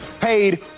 paid